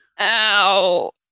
Ow